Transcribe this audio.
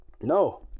No